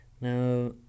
now